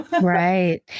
Right